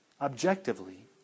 Objectively